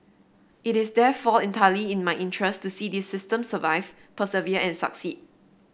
it is therefore entirely in my interest to see this system survive persevere and succeed